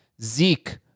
Zeke